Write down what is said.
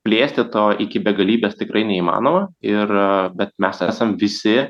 plėsti to iki begalybės tikrai neįmanoma ir bet mes esam visi